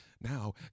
Now